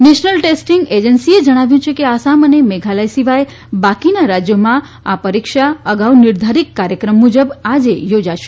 national testing એજન્સીએ જણાવ્યું છે કે આસામ અને મેઘાલય સિવાય બાકીના રાજ્યોમાં આ પરીક્ષા અગાઉ નિર્ધારિત કાર્યક્રમ મુજબ આજે યોજાશે